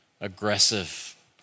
aggressive